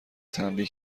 تنبیه